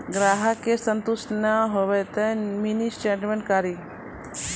ग्राहक के संतुष्ट ने होयब ते मिनि स्टेटमेन कारी?